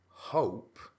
hope